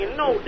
no